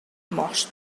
most